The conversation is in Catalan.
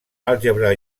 àlgebra